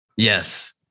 Yes